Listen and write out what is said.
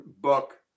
book